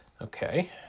Okay